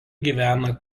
gyvena